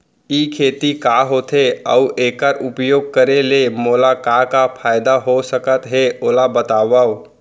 ई खेती का होथे, अऊ एखर उपयोग करे ले मोला का का फायदा हो सकत हे ओला बतावव?